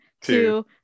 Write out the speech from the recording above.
two